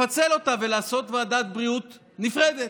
לפצל אותה ולעשות ועדת בריאות נפרדת.